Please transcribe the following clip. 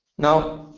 now,